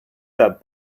that